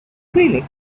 clinic